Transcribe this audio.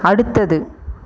அடுத்தது